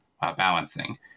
balancing